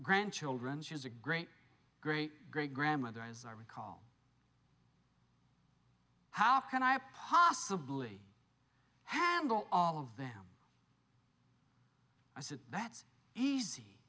grandchildren she is a great great great grandmother as i recall how can i possibly handle all of them i said that's easy